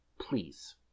Please